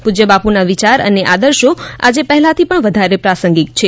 પૂજય બાપુના વિયાર અને આદર્શઓ આજે પહેલાંથી પણ વધારે પ્રાસંગિક છે